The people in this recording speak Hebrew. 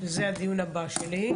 וזה הדיון הבא שלי,